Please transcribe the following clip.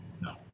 No